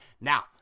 Now